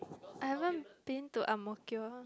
I haven't been to Ang-Mo-Kio